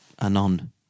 anon